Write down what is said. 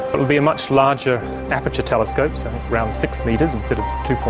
it will be a much larger aperture telescope, so around six metres instead of two.